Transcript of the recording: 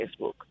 Facebook